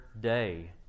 day